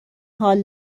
حال